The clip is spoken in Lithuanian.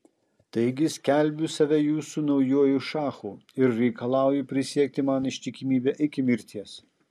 taigi skelbiu save jūsų naujuoju šachu ir reikalauju prisiekti man ištikimybę iki mirties